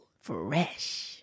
Fresh